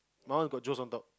my one got Joe's on top